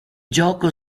gioco